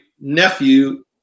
nephew